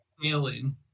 feeling